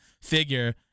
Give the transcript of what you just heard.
figure